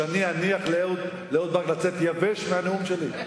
שאני אניח לאהוד ברק לצאת יבש מהנאום שלי?